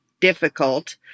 difficult